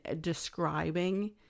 describing